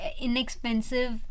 inexpensive